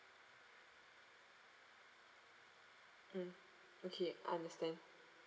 mm okay understand